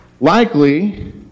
Likely